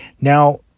Now